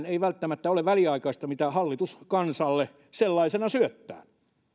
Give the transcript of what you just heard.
ei välttämättä ole mikään mitä hallitus kansalle sellaisena syöttää